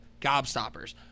Gobstoppers